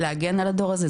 להגן על הדור הזה,